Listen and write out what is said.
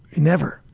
never.